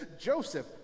Joseph